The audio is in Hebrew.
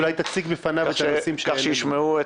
אולי תציג בפניו את הנושאים שהעלינו.